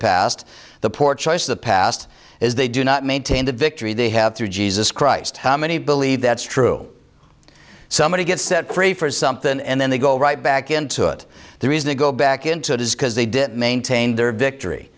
past the poor choice of the past is they do not maintain the victory they have through jesus christ how many believe that's true somebody gets set free for something and then they go right back into it the reason they go back into it is because they didn't maintain their victory